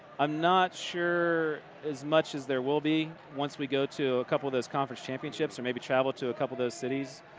i'm not sure as much as there will be once we go to a couple of those conference championships and maybe travel to a couple of those cities.